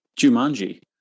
Jumanji